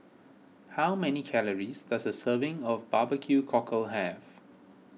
how many calories does a serving of Barbecue Cockle have